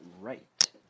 right